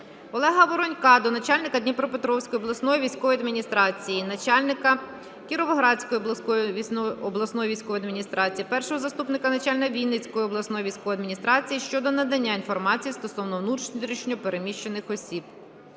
Олега Воронька до начальника Дніпропетровської обласної військової адміністрації, начальника Кіровоградської обласної військової адміністрації, першого заступника начальника Вінницької обласної військової адміністрації щодо надання інформації стосовно внутрішньо переміщених осіб.